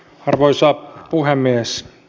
arvoisa puhemies